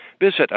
Visit